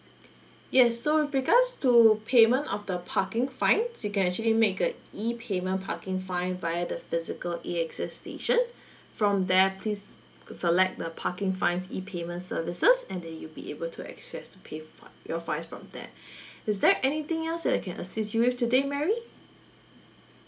yes so with regards to payment of the parking fines you can actually make a E payment parking fine via the physical A_X_S station from there please select the parking fines E payment services and then you'll be able to access to pay for your fines from that is there anything else that I can assist you with today mary